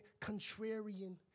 contrarian